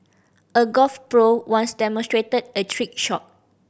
a golf pro once demonstrated a trick shot